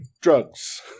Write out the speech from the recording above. drugs